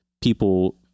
people